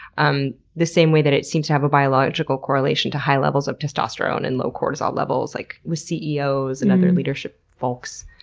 um the same way that it seems to have biological correlation to high levels of testosterone and low cortisol levels, like, with ceos and other leadership folks?